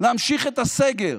להמשיך את הסגר,